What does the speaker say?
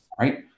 Right